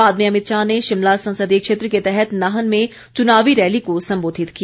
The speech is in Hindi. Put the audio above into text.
बाद में अमित शाह ने शिमला संसदीय क्षेत्र के तहत नाहन में चुनावी रैली को संबोधित किया